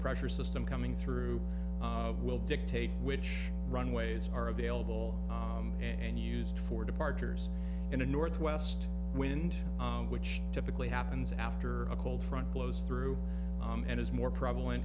pressure system coming through will dictate which runways are available and used for departures in a northwest wind which typically happens after a cold front blows through and is more prevalent